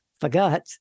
forgot